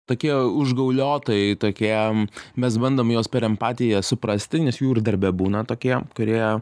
tokie užgauliotojai tokie mes bandom juos per empatiją suprasti nes jų ir darbe būna tokie kurie